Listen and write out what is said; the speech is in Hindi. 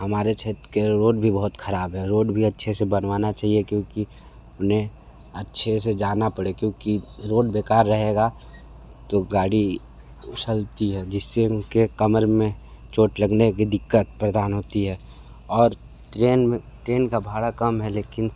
हमारे क्षेत्र के रोड भी बहुत खराब है रोड भी अच्छे से बनवाना चाहिए क्योंकि उन्हें अच्छे से जाना पड़े क्योंकि रोड बेकार रहेगा तो गाड़ी उछलती है जिससे उनके कमर में चोट लगने की दिक्कत प्रदान होती है और ट्रेन में ट्रेन का भाड़ा कम है लेकिन